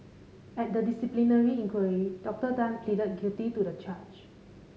at the disciplinary inquiry Doctor Tan pleaded guilty to the charge